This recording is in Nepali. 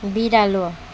बिरालो